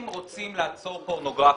אם רוצים לעצור פורנוגרפיה,